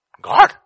God